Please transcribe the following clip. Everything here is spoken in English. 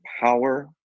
power